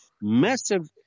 massive